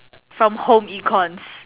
from from home econs